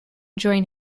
join